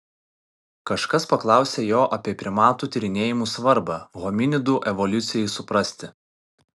kažkas paklausė jo apie primatų tyrinėjimų svarbą hominidų evoliucijai suprasti